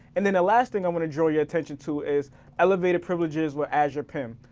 and then the last thing i wanna draw your attention to is elevated privileges with azure pim.